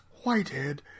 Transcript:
Whitehead